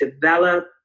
develop